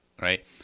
right